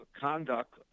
conduct